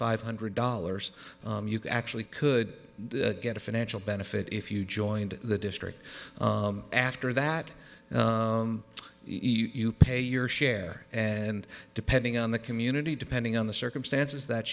five hundred dollars you could actually could get a financial benefit if you joined the district after that you pay your share and depending on the community depending on the circumstances that